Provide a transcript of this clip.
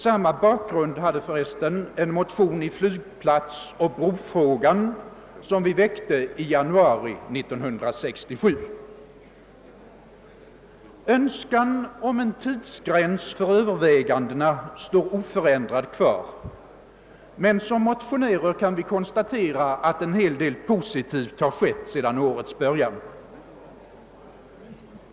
Samma bakgrund hade förresten en motion i flygplatsoch brofrågan som vi väckte i januari 1967. Önskan om en tidsgräns för övervägandena står oförändrad kvar, men vi motionärer kan konstatera att en hel del positivt skett sedan årets början.